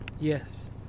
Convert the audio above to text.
Yes